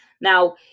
Now